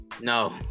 No